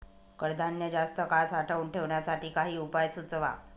कडधान्य जास्त काळ साठवून ठेवण्यासाठी काही उपाय सुचवा?